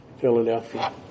Philadelphia